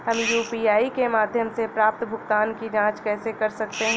हम यू.पी.आई के माध्यम से प्राप्त भुगतान की जॉंच कैसे कर सकते हैं?